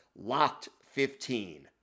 LOCKED15